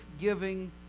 giving